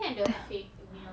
ya habis